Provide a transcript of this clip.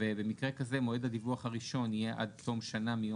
ובמקרה כזה מועד הדיווח הראשון יהיה עד תום שנה מיום